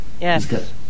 Yes